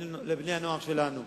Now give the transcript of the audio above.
לבני-הנוער שלנו.